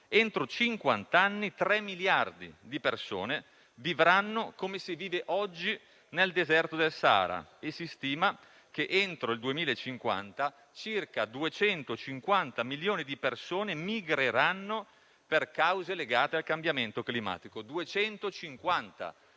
Entro cinquant'anni 3 miliardi di persone vivranno come si vive oggi nel deserto del Sahara e si stima che entro il 2050 circa 250 milioni di persone migreranno per cause legate al cambiamento climatico;